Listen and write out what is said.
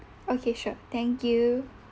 okay sure thank you